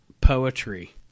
poetry